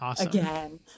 again